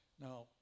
Now